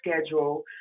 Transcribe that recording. schedule